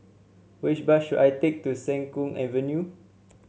which bus should I take to Siang Kuang Avenue